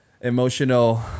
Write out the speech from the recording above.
emotional